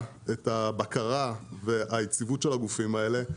את הבקרה והיציבות של הגופים האלה,